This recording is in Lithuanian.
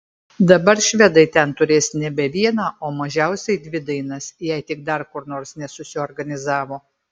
dabar švedai ten turės nebe vieną o mažiausiai dvi dainas jei tik dar kur nors nesusiorganizavo